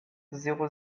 zéro